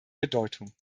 bedeutung